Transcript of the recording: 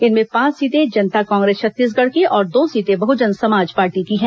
इनमें पांच सीटें जनता कांग्रेस छत्तीसगढ़ की और दो सीटें बहुजन समाज पार्टी की हैं